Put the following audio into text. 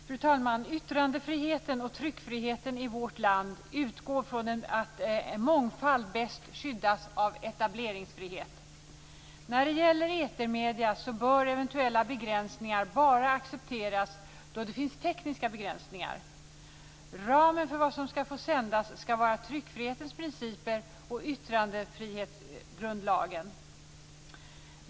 Fru talman! Yttrandefriheten och tryckfriheten i vårt land utgår från att mångfald bäst skyddas av etableringsfrihet. När det gäller etermedier bör eventuella begränsningar bara accepteras då det finns tekniska begränsningar. Ramen för vad som skall få sändas skall vara tryckfrihetens principer och yttrandefrihetsgrundlagen.